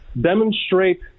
demonstrate